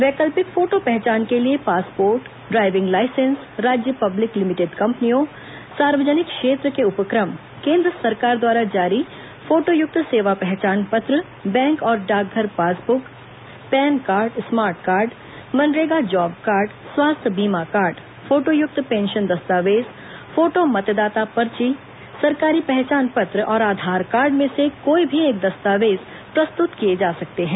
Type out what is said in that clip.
वैकल्पिक फोटो पहचान के लिए पासपोर्ट ड्राईविंग लाइसेंस राज्य पब्लिक लिमिटेड कम्पनियों सार्वजनिक क्षेत्र के उपक्रम केन्द्र सरकार द्वारा जारी फोटोयुक्त सेवा पहचान पत्र बैंक और डाकघर passbook PAN card smart card MNREGA job card स्वास्थ्य बीमा कार्ड फोटोयुक्त पेंशन दस्तावेज फोटो मतदाता पर्ची सरकारी पहचान पत्र और आधार कार्ड में से कोई भी एक दस्तावेज प्रस्तुत किए जा सकते हैं